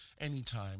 anytime